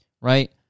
right